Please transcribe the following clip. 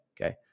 okay